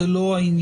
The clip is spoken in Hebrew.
זה לא העניין.